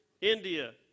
India